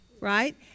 Right